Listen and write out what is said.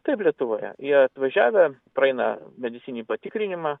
taip lietuvoje jie atvažiavę praeina medicininį patikrinimą